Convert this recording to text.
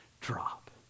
drop